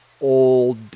old